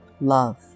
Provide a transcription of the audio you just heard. love